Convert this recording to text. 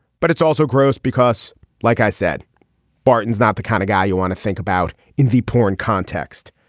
but it's also gross because like i said barton is not the kind of guy you want to think about in the porn context.